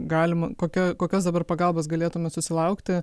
galima kokioj kokios dabar pagalbos galėtumėt susilaukti